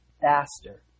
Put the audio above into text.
faster